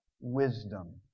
wisdom